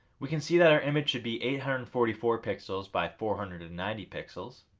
we can see that our image should be eight hundred and forty four pixels by four hundred and ninety pixels.